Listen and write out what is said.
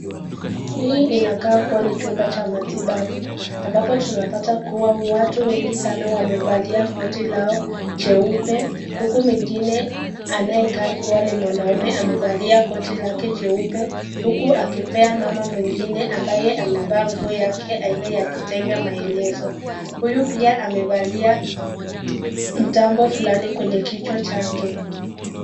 Hii inakaa kuwa ni chumba cha matibabu. ambapo tunapata kuwa watu wengi sana wamevalia koti lao cheupe, huku mwingine anayekaa kama ni mwanaume amevalia koti lake cheupe, huku akipea mama mwingine ambaye amevaa nguo yake aina ya kitenge maelezo. Huyu pia amevalia mtambo fulani kwenye kichwa chake.